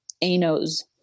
ANOs